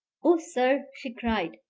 oh, sir, she cried,